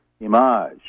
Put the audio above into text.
image